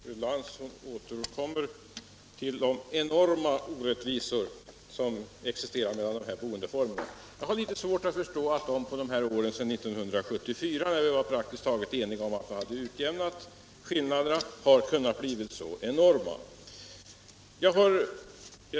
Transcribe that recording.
Herr talman! Fru Lantz återkommer till de ”enorma” orättvisor som existerar mellan de här boendeformerna. Jag har litet svårt att förstå att de blivit så enorma under de här åren, eftersom vi 1974 var praktiskt taget eniga om att de utjämnats.